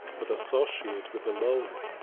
but associate with the lowly.